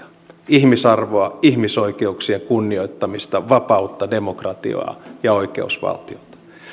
ihmisarvoa ihmisoikeuksien kunnioittamista vapautta demokratiaa ja oikeusvaltiota